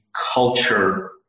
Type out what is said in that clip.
culture